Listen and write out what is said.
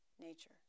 nature